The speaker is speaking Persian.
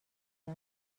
یاد